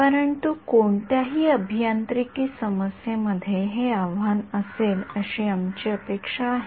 परंतु कोणत्याही अभियांत्रिकी समस्येमध्ये हे आव्हान असेल अशी आमची अपेक्षा आहे